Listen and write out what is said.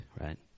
right